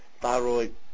thyroid